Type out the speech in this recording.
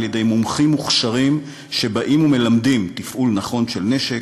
על-ידי מומחים מוכשרים שבאים ומלמדים תפעול נכון של נשק,